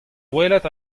welet